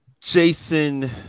Jason